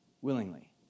willingly